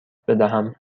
بدهم